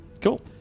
Cool